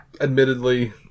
Admittedly